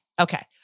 Okay